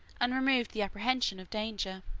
and removed the apprehension of danger.